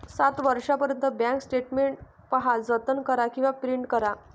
सात वर्षांपर्यंत bank statement पहा, जतन करा किंवा प्रिंट करा